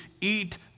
eat